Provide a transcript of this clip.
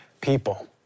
people